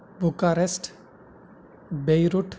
Bucharest beirut